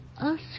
ask